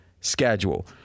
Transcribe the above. schedule